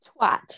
Twat